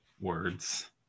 words